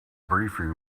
briefing